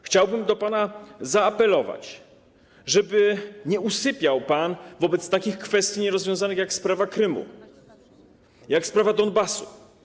Chciałbym do pana zaapelować, żeby nie usypiał pan wobec takich nierozwiązanych kwestii jak sprawa Krymu, jak sprawa Donbasu.